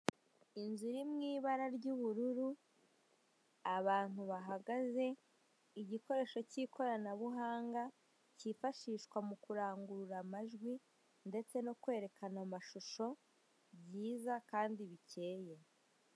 Inzu iri mu ibara ry'ubururu abantu bahagaze, igikoresho k'ikoranabuhanga kifashishwa mukurangurura amajwi ndetse no kwerekana amashusho byiza kandi bikeye.